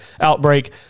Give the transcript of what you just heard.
outbreak